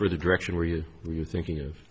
for the direction where you were you thinking of